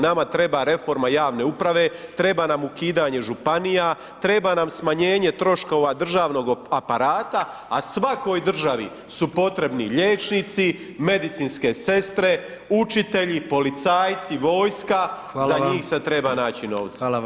Nama treba reforma javne uprave, treba nam ukidanje županija, treba nam smanjenje troškova državnog aparata a svakoj državi su potrebni liječnici, medicinske sestre, učitelji, policajci, vojska, za njih se treba naći novca.